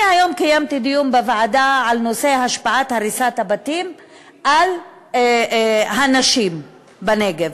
אני קיימתי היום דיון בוועדה על נושא השפעת הריסת הבתים על הנשים בנגב.